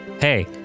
hey